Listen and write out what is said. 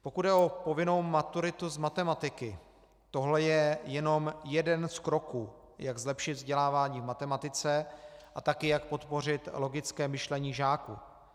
Pokud jde o povinnou maturitu z matematiky, tohle je jenom jeden z kroků, jak zlepšit vzdělávání v matematice a také jak podpořit logické myšlení žáků.